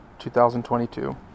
2022